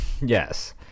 Yes